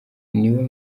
niwe